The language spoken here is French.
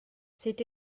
c’est